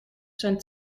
zijn